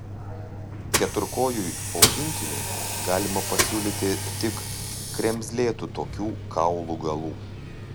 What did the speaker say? keturkojui augintiniui galima pasiūlyti tik kremzlėtų tokių kaulų galų